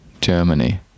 Germany